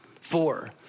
Four